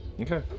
Okay